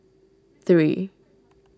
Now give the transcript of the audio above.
three